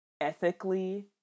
ethically